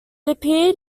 appeared